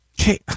Okay